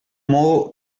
modo